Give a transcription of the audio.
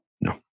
No